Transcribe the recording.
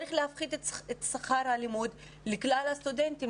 צריך להפחית את שכר הלימוד לכלל הסטודנטים,